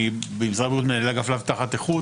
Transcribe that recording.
אני במשרד הבריאות מנהל האגף להבטחת איכות,